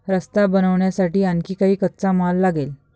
रस्ता बनवण्यासाठी आणखी काही कच्चा माल लागेल